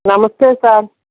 నమస్తే సార్